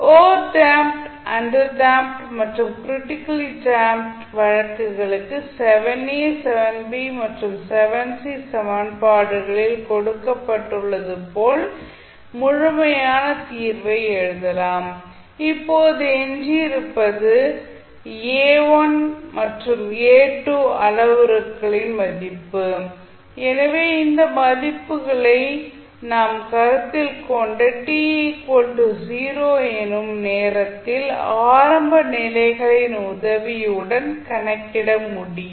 over damped under damped மற்றும் critically damped வழக்குகளுக்கு மற்றும் சமன்பாடுகளில் கொடுக்கப்பட்டுள்ளது போல் முழுமையான தீர்வை எழுதலாம் இப்போது எஞ்சியிருப்பது A1 மற்றும் A2 அளவுருக்களின் மதிப்பு எனவே இந்த மதிப்புகளை நம் கருத்தில் கொண்ட t 0 எனும் நேரத்தில் ஆரம்ப நிலைகளின் உதவியுடன் கணக்கிட முடியும்